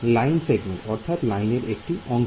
line segment অর্থাৎ লাইনের একটি অংশ